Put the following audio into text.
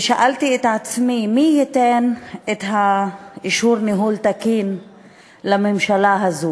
ושאלתי את עצמי מי ייתן את אישור הניהול התקין לממשלה הזו,